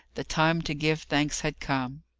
the time to give thanks had come.